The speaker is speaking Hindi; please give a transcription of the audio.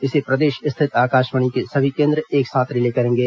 इसे प्रदेश स्थित आकाशवाणी के सभी केंद्र एक साथ रिले करेंगे